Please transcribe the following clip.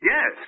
Yes